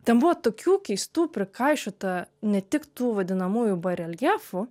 ten buvo tokių keistų prikaišiota ne tik tų vadinamųjų bareljefų